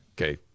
Okay